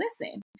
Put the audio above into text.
listen